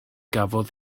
gafodd